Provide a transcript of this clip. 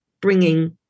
bringing